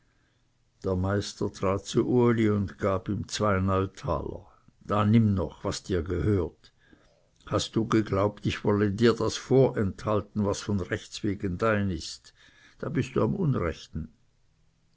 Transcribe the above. der meister trat zu uli und gab ihm zwei neutaler da nimm noch was dir gehört hast du geglaubt ich wolle dir das vorenthalten was von rechts wegen dein ist da bist du am unrechten